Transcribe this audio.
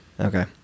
Okay